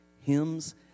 hymns